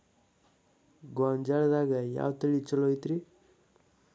ಗೊಂಜಾಳದಾಗ ಯಾವ ತಳಿ ಛಲೋ ಐತ್ರಿ?